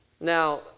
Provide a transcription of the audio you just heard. now